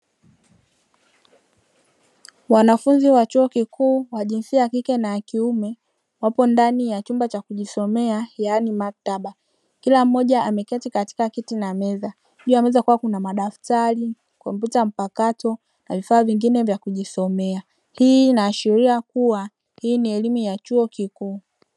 Wanafunzi wa chuo kikuu wa jinsia ya kike na ya kiume wapo ndani ya chumba cha kujisomea yaani maktaba kila mmoja ameketi katika kiti na meza juu kukiwa na madaftari, kompyuta mpakato na vifaa vingine vya kujisomea, hii inaashiria kuwa hii ni elimu ya chuo kikuu.